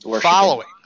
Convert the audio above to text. following